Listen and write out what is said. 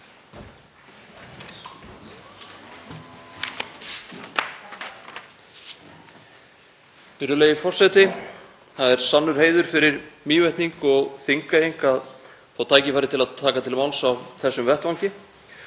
Það er sannur heiður fyrir Mývetning og Þingeying að fá tækifæri til að taka til máls á þessum vettvangi.